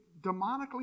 demonically